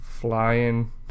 Flying